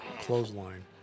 clothesline